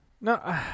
No